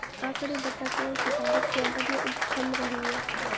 आकंड़े बताते हैं की भारत की आबादी अब थम रही है